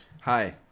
Hi